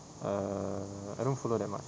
err I don't follow that much